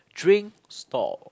drink stall